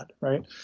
right